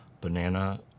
banana